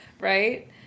right